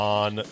on